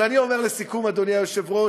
אבל אני אומר לסיכום, אדוני היושב-ראש,